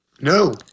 No